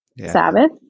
Sabbath